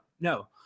no